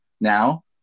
now